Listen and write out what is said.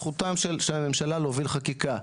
זכותה של הממשלה להוביל חקיקה.